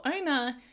owner